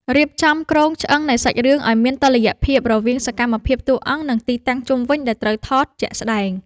រៀបចំគ្រោងឆ្អឹងនៃសាច់រឿងឱ្យមានតុល្យភាពរវាងសកម្មភាពតួអង្គ និង ទីតាំងជុំវិញដែលត្រូវថតជាក់ស្ដែង។